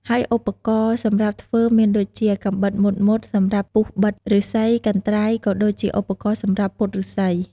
ហើយឧបករណ៍សម្រាប់ធ្វើមានដូចជា កាំបិតមុតៗសម្រាប់ពុះបិតឫស្សី កន្ត្រៃ ក៏ដូចជាឧបករណ៍សម្រាប់ពត់ឫស្សី។